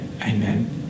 amen